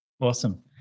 Awesome